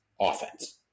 offense